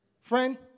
Friend